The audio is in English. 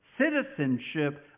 citizenship